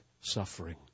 suffering